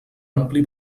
ampli